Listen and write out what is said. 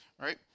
Right